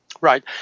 Right